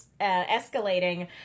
escalating